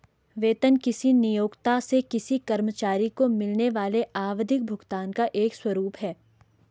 वेतन किसी नियोक्ता से किसी कर्मचारी को मिलने वाले आवधिक भुगतान का एक स्वरूप है